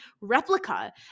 replica